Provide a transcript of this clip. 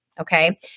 Okay